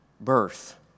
birth